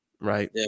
right